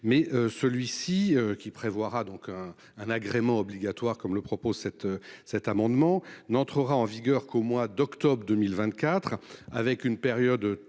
mais celui-ci qui prévoira donc un agrément obligatoire comme le propose cet, cet amendement n'entrera en vigueur qu'au mois d'octobre 2024, avec une période